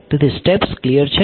તેથી steps clear છે